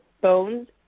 bones